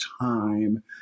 time